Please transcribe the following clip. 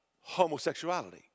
homosexuality